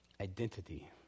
identity